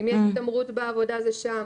אם יש התעמרות בעבודה זה שם.